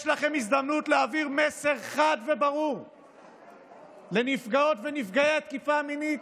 יש לכם הזדמנות להעביר מסר חד וברור לנפגעות ונפגעי התקיפה המינית,